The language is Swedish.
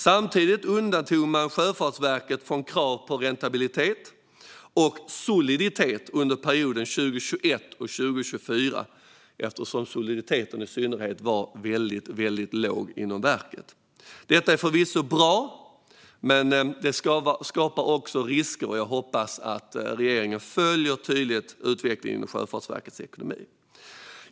Samtidigt undantog man Sjöfartsverket från krav på räntabilitet och soliditet under perioden 2021-2024 eftersom i synnerhet soliditeten inom verket var väldigt låg. Detta är förvisso bra, men det skapar också risker. Jag hoppas att regeringen tydligt följer utvecklingen för Sjöfartsverkets ekonomi.